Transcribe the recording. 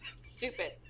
Stupid